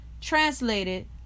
translated